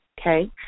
Okay